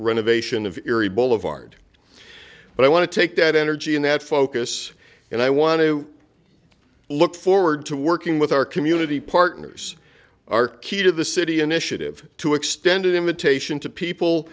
renovation of erie boulevard but i want to take that energy and that focus and i want to look forward to working with our community partners are key to the city initiative to extend an invitation to people